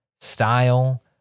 style